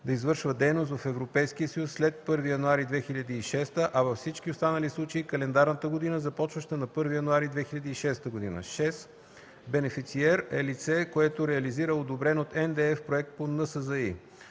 да извършва дейност в Европейския съюз след 1 януари 2006 г., а във всички останали случаи – календарната година, започваща на 1 януари 2006 г. 6. „Бенефициер” е лице, което реализира одобрен от НДЕФ проект по НСЗИ.